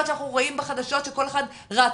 שאנחנו רואים בחדשות שכל אחד רץ.